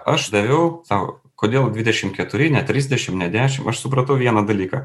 aš daviau sau kodėl dvidešim keturi ne trisdešim ne dešim aš supratau vieną dalyką